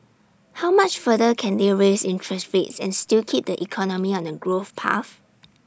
how much further can they raise interest rates and still keep the economy on A growth path